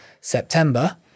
September